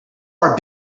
our